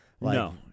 No